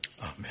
amen